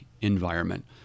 environment